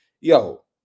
yo